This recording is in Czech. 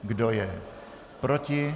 Kdo je proti?